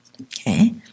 Okay